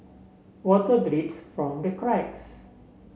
water drips from the cracks